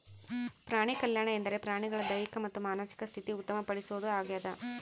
ಪ್ರಾಣಿಕಲ್ಯಾಣ ಎಂದರೆ ಪ್ರಾಣಿಗಳ ದೈಹಿಕ ಮತ್ತು ಮಾನಸಿಕ ಸ್ಥಿತಿ ಉತ್ತಮ ಪಡಿಸೋದು ಆಗ್ಯದ